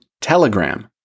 Telegram